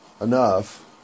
enough